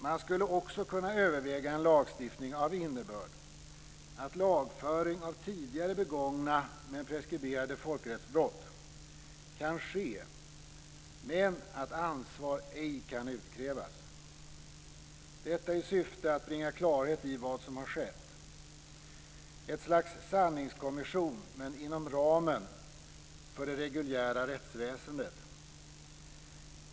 Man skulle också kunna överväga en lagstiftning av innebörd att lagföring av tidigare begångna men preskriberade folkrättsbrott kan ske, men att ansvar ej kan utkrävas. Detta i syfte att bringa klarhet i vad som har skett, ett slags sanningskommission men inom ramen för det reguljära rättsväsendet.